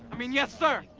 i mean, yes, sir.